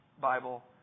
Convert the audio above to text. Bible